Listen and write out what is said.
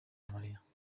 mariya